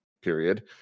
period